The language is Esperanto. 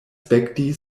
spekti